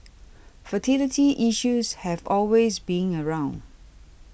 fertility issues have always been around